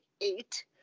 eight